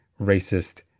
racist